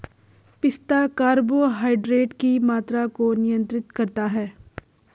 पिस्ता कार्बोहाइड्रेट की मात्रा को नियंत्रित करता है